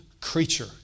creature